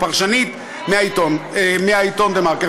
פרשנית מהעיתון "דה-מרקר".